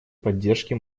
поддержке